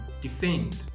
defend